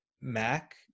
Mac